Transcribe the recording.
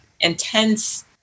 intense